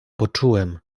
poczułem